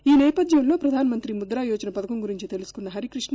ఈ నేపథ్యంలో ప్రధానమంతి ముద్రా యోజన పథకం గురించి తెలుసుకున్న హరిక్ట్రష్ణ